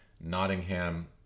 Nottingham